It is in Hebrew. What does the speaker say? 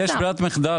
יש ברירת מחדל.